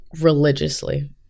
religiously